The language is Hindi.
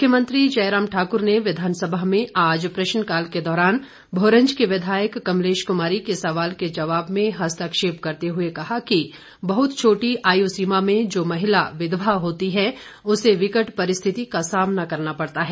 मुख्यमंत्री जयराम ठाक्र ने विधानसभा में आज प्रश्नकाल के दौरान भोरंज की विधायक कमलेश कुमारी के सवाल के जवाब में हस्तक्षेप करते हुए कहा कि बहुत छोटी आयुसीमा में जो महिला विधवा होती है उसे विकट परिस्थिति का सामना करना पड़ता है